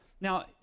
Now